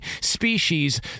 species